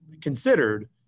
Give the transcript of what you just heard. considered